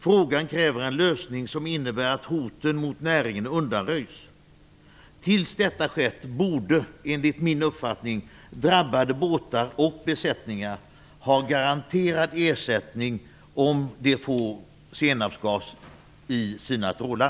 Frågan kräver en lösning som innebär att hotet mot näringen undanröjs. Tills detta har skett borde drabbade båtar och besättningar enligt min uppfattning ha garanterad ersättning om de får senapsgas i sina trålar.